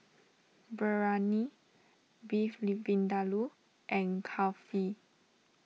Biryani Beef Vindaloo and Kulfi